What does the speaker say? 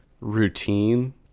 routine